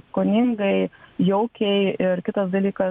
skoningai jaukiai ir kitas dalykas